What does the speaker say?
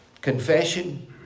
Confession